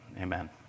Amen